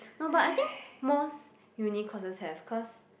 no but I think most uni courses have cause